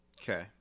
Okay